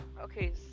Okay